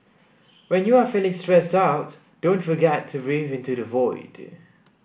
when you are feeling stressed out don't forget to breathe into the void